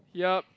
yup